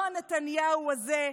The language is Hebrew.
לא נתניהו הזה,